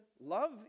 love